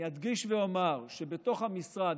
שבתוך המשרד,